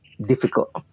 difficult